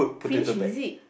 finish is it